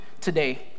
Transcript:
today